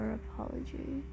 apology